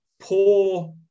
poor